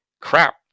crap